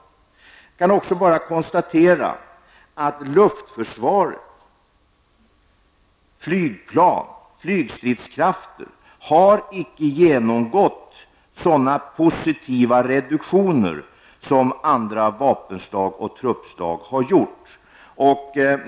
Jag kan också konstatera att vårt luftförsvar, flygplan och flygstridskrafter, inte har genomgått sådana positiva reduktioner som andra vapenslag och truppslag har gjort.